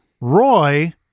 Roy